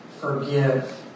forgive